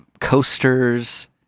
coasters